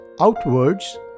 outwards